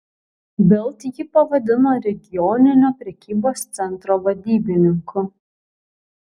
bild jį pavadino regioninio prekybos centro vadybininku